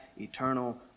eternal